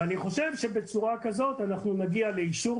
אני חושב שבצורה כזאת אנחנו נגיע ליישור